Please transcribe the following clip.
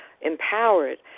empowered